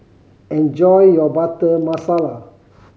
enjoy your Butter Masala